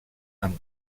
amb